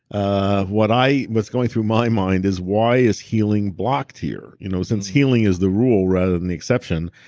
ah what i was going through my mind is, why is healing blocked here? you know since healing is the rule rather than the exception,